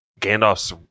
Gandalf's